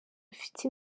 ufite